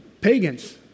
pagans